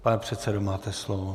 Pane předsedo, máte slovo.